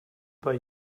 bei